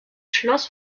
schloss